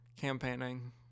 campaigning